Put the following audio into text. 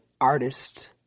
artist